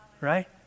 Right